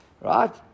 Right